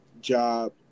Job